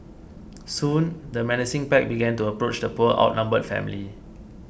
soon the menacing pack began to approach the poor outnumbered family